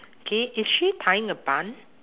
okay is she tying a bun